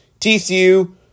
TCU